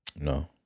No